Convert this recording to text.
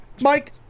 Mike